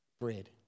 bread